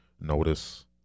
notice